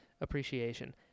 appreciation